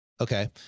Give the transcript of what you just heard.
Okay